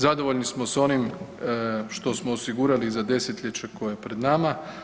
Zadovoljni smo s onim što smo osigurali za desetljeće koje je pred nama.